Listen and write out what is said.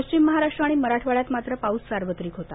पश्चिम महाराष्ट्र आणि मराठवाड्यात मात्र पाऊस सार्वत्रिक होता